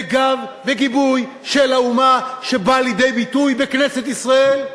בגיבוי של האומה, שבאה לידי ביטוי בכנסת ישראל?